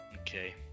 Okay